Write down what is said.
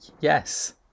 yes